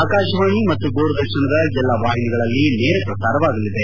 ಆಕಾಶವಾಣಿ ಮತ್ತು ದೂರದರ್ಶನದ ಎಲ್ಲ ವಾಹಿನಿಗಳಲ್ಲಿ ನೇರ ಪ್ರಸಾರವಾಗಲಿದೆ